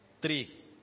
Three